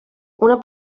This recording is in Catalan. una